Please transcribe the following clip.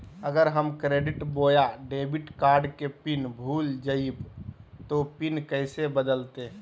अगर हम क्रेडिट बोया डेबिट कॉर्ड के पिन भूल जइबे तो पिन कैसे बदलते?